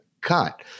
cut